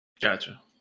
Gotcha